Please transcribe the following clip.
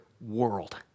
world